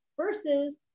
Versus